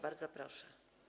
Bardzo proszę.